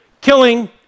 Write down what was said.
killing